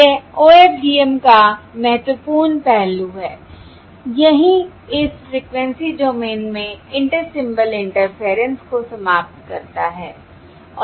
यह OFDM का महत्वपूर्ण पहलू है यही इस फ्रिकवेंसी डोमेन में इंटर सिंबल इंटरफेयरेंस को समाप्त करता है